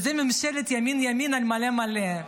זו ממשלת ימין ימין על מלא מלא,